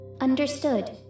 Understood